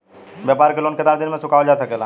व्यापार के लोन कितना दिन मे चुकावल जा सकेला?